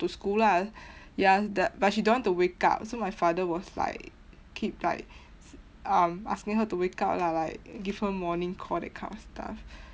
to school lah ya the but she don't want to wake up so my father was like keep like um asking her to wake up lah like give her morning call that kind of stuff